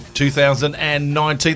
2019